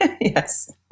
Yes